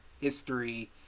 history